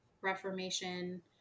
reformation